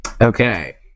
Okay